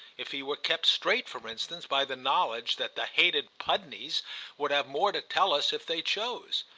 if he were kept straight for instance by the knowledge that the hated pudneys would have more to tell us if they chose.